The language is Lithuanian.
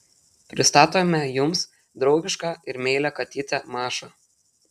pristatome jums draugišką ir meilią katytę mašą